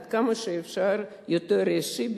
עד כמה שאפשר יותר אישי,